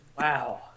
Wow